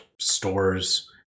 stores